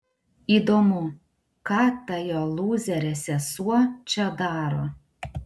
įdomu ką ta jo lūzerė sesuo čia daro